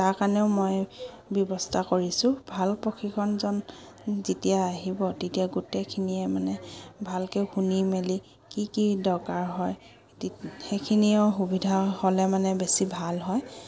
তাৰ কাৰণেও মই ব্যৱস্থা কৰিছোঁ ভাল প্ৰশিক্ষকজন যেতিয়া আহিব তেতিয়া গোটেইখিনিয়ে মানে ভালকৈ শুনি মেলি কি কি দৰকাৰ হয় তি সেইখিনিও সুবিধা হ'লে মানে বেছি ভাল হয়